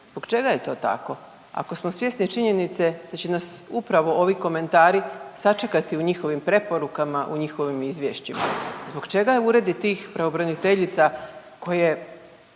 Zbog čega je to tako? Ako smo svjesni činjenice da će nas upravo ovi komentari sačekati u njihovim preporukama u njihovim izvješćima? Zbog čega uredi tih pravobraniteljica koje